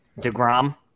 DeGrom